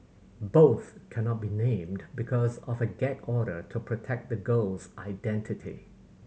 both cannot be named because of a gag order to protect the girl's identity